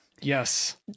Yes